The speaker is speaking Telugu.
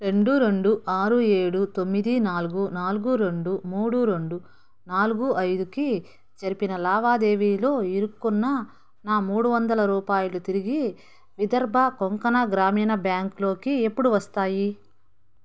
రెండు రెండు ఆరు ఏడు తొమ్మిది నాలుగు నాలుగు రెండు మూడు రెండు నాలుగు ఐదుకి జరిపిన లావాదేవీలో ఇరుక్కున్న నా మూడువందలు రూపాయలు తిరిగి విదర్భ కొంకణ గ్రామీణ బ్యాంక్లోకి ఎప్పుడు వస్తాయి